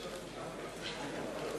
הכנסת, אני מחדש את